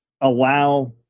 allow